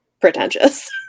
pretentious